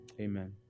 Amen